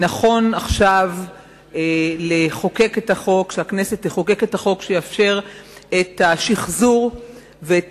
נכון עכשיו שהכנסת תחוקק את החוק שיאפשר את השחזור ואת